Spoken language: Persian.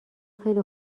خیلی